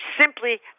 simply